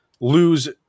lose